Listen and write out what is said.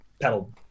pedal